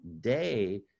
day